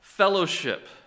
Fellowship